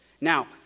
Now